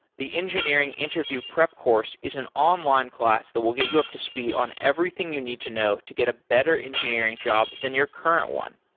the engineering interview prep course is an online class that will get you up to speed on everything you need to know to get a better engineering job than your current one.